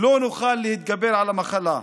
לא נוכל להתגבר על המחלה.